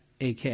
AK